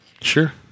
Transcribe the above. Sure